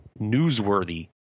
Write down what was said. newsworthy